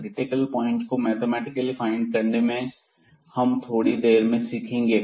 critical point को mathematically find करना हम थोड़ी देर में सीखेंगे